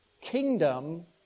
kingdom